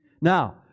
Now